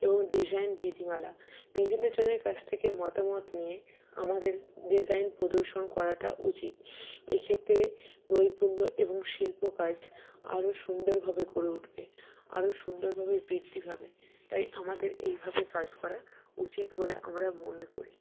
এবং ডিজাইন বিধিমালা বিভিন্ন জনের কাছ থেকে মতামত নিয়ে আমাদের ডিজাইন প্রদর্শন করাটা উচিত এক্ষেত্রে নৈপুণ্য এবং শিল্প কাজ আরও সুন্দরভাবে গড়ে উঠবে আরো সুন্দরভাবে বৃদ্ধি পাবে তাই আমাদের এইভাবে কাজ করা উচিত বলে আমরা মনে করি